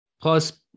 plus